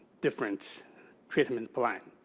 different treatment plan.